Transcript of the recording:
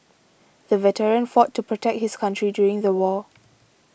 the veteran fought to protect his country during the war